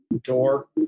door